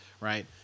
right